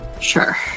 Sure